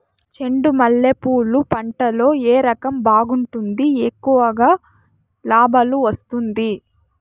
చెండు మల్లె పూలు పంట లో ఏ రకం బాగుంటుంది, ఎక్కువగా లాభాలు వస్తుంది?